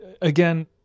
again